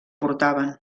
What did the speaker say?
portaven